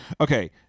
Okay